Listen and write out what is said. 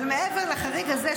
אבל מעבר לחריג הזה,